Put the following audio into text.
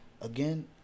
Again